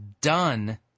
done